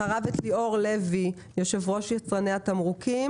אחריו את ליאור לוי, יושב ראש יצרני התמרוקים.